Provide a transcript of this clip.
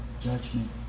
judgment